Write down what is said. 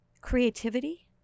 creativity